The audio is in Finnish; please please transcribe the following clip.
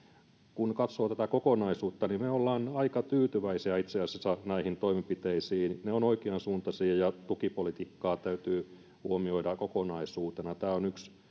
kun katsoo tätä kokonaisuutta niin me olemme aika tyytyväisiä itse asiassa näihin toimenpiteisiin ne ovat oikeansuuntaisia ja tukipolitiikkaa täytyy huomioida kokonaisuutena tämä on yksi